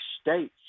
states